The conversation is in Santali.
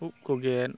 ᱩᱵ ᱠᱚ ᱜᱮᱫ